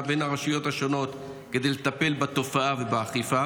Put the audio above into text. בין הרשויות השונות כדי לטפל בתופעה ובאכיפה?